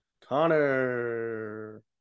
Connor